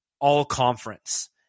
all-conference